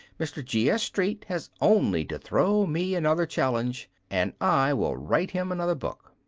mr. g s street has only to throw me another challenge, and i will write him another book.